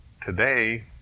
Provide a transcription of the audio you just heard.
Today